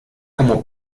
como